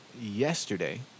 yesterday